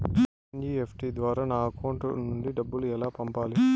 NEFT ద్వారా నా account నుండి డబ్బులు ఎలా పంపాలి